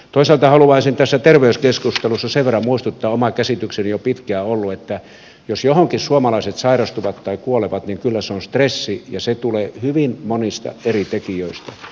toisaalta haluaisin tässä terveyskeskustelussa sen verran muistuttaa ja oma käsitykseni on pitkään ollut että jos johonkin suomalaiset sairastuvat tai kuolevat niin kyllä se on stressi ja se tulee hyvin monista eri tekijöistä